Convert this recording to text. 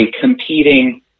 competing